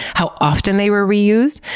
how often they were reused.